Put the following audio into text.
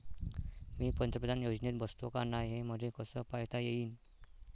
मी पंतप्रधान योजनेत बसतो का नाय, हे मले कस पायता येईन?